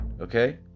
Okay